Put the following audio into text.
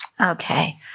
Okay